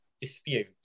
dispute